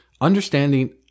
understanding